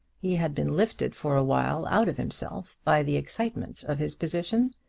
he had been lifted for awhile out of himself by the excitement of his position,